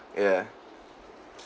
ya